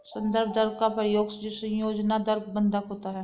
संदर्भ दर का प्रयोग समायोज्य दर बंधक होता है